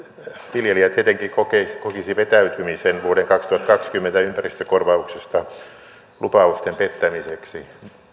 viljelijä tietenkin kokisi vetäytymisen vuoden kaksituhattakaksikymmentä ympäristökorvauksesta lupausten pettämiseksi